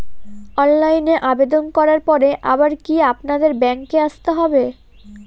অনলাইনে আবেদন করার পরে আবার কি আপনাদের ব্যাঙ্কে আসতে হবে?